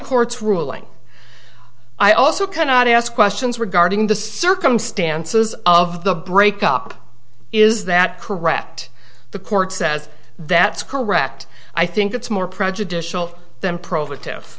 court's ruling i also cannot ask questions regarding the circumstances of the break up is that correct the court says that's correct i think it's more prejudicial than probative